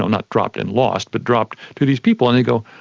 not dropped and lost, but dropped to these people. and they'd go,